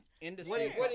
industry